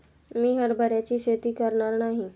मी हरभऱ्याची शेती करणार नाही